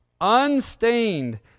unstained